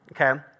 Okay